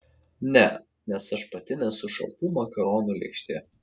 ne nes aš pati nesu šaltų makaronų lėkštė